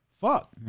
Fuck